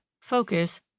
focus